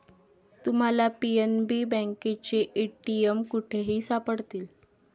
तुम्हाला पी.एन.बी बँकेचे ए.टी.एम कुठेही सापडतील